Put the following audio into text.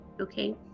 okay